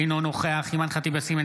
אינו נוכח אימאן ח'טיב יאסין,